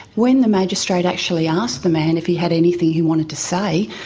when the magistrate actually asked the man if he had anything he wanted to say,